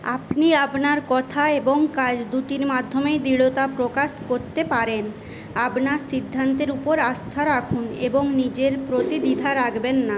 আপনি আপনার কথা এবং কাজ দুটির মাধ্যমেই দৃঢ়তা প্রকাশ করতে পারেন আপনার সিদ্ধান্তের উপর আস্থা রাখুন এবং নিজের প্রতি দ্বিধা রাখবেন না